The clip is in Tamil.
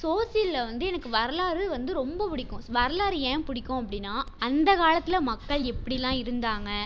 சோசியலில் வந்து எனக்கு வரலாறு வந்து ரொம்பப் பிடிக்கும் வரலாறு ஏன் பிடிக்கும் அப்படின்னா அந்தக் காலத்தில் மக்கள் எப்படில்லாம் இருந்தாங்கள்